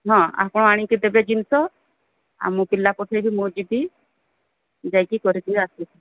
ହଁ ଆପଣ ଆଣିକି ଦେବେ ଜିନିଷ ଆଉ ମୁଁ ପିଲା ପଠେଇବି ମୁଁ ଯିବି ଯାଇକି କରିକି ଆସିବୁ